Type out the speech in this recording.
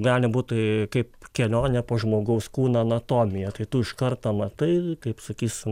gali būti kaip kelionė po žmogaus kūna anatomiją tai tu iš karta matai kaip sakysim